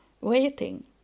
waiting